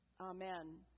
Amen